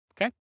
okay